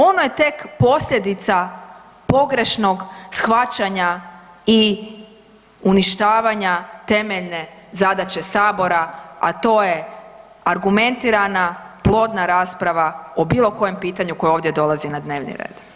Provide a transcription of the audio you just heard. Ono je tek posljedica pogrešnog shvaćanja i uništavanja temeljne zadaće Sabora, a to je argumentirana, plodna rasprava o bilo kojem pitanju koje ovdje dolazi na dnevni red.